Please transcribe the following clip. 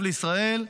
טוב לישראל",